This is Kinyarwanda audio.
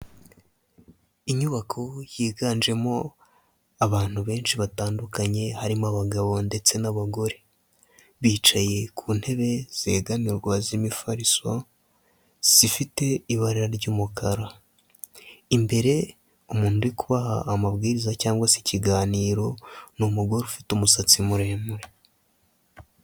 Inyubako yiganjemo abantu benshi batandukanye harimo abagabo ndetse n'abagore. Bicaye ku ntebe zegamirwa z'imifariso zifite ibara ry'umukara. Imbere umuntu uri kubaha amabwiriza cyangwa se ikiganiro ni umugore ufite umusatsi muremure.